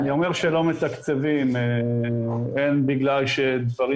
אני אומר שלא מתקצבים הן בגלל דברים